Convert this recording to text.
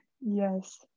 Yes